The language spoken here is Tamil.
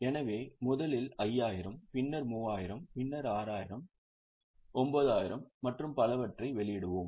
எனவே முதலில் 5000 பின்னர் 3000 பின்னர் 6000 9000 மற்றும் பலவற்றை வெளியிடுவோம்